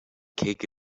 cake